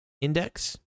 index